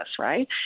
right